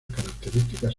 características